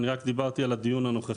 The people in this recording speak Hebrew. אני רק דיברתי על הדיון הנוכחי.